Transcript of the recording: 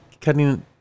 cutting